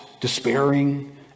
despairing